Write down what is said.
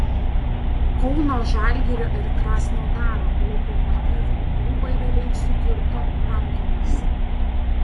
kauno žalgirio ir krasnodaro lokomotiv klubai beveik sukirto rankomis